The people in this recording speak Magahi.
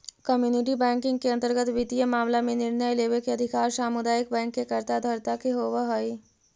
कम्युनिटी बैंकिंग के अंतर्गत वित्तीय मामला में निर्णय लेवे के अधिकार सामुदायिक बैंक के कर्ता धर्ता के होवऽ हइ